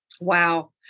Wow